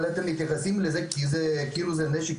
אבל אתם מתייחסים לזה כאילו זה איזה נשק